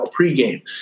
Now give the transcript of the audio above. pregame